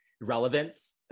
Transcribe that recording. relevance